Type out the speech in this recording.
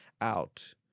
out